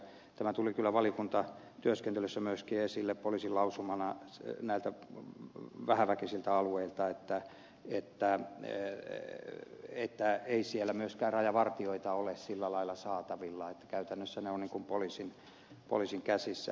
tämä tuli kyllä valiokuntatyöskentelyssä myöskin esille poliisin lausumana näiltä vähäväkisiltä alueilta että ei siellä myöskään rajavartijoita ole sillä lailla saatavilla että käytännössä ne ovat niin kuin poliisin käsissä